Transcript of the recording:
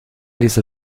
dieser